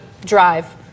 drive